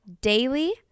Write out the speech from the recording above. daily